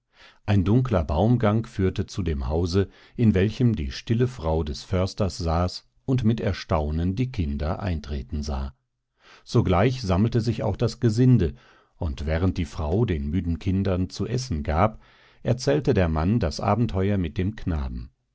ein dunkler baumgang führte zu dem hause in welchem die stille frau des försters saß und mit erstaunen die kinder eintreten sah sogleich sammelte sich auch das gesinde und während die frau den müden kindern zu essen gab erzählte der mann das abenteuer mit dem knaben